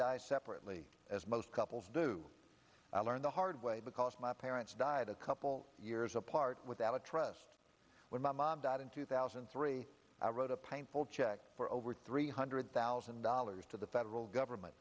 die separately as most couples do i learned the hard way because my parents died a couple years apart without a trust when my mom died in two thousand and three i wrote a painful check for over three hundred thousand dollars to the federal government